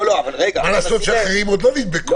מה לעשות שאחרים עוד לא נדבקו?